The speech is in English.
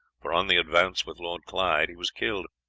for on the advance with lord clyde he was killed.